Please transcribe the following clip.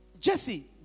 Jesse